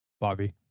bobby